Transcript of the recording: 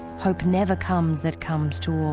hope never comes that comes to all,